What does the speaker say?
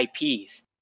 IPs